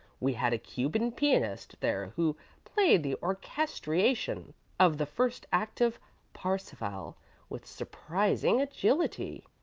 we had a cuban pianist there who played the orchestration of the first act of parsifal with surprising agility.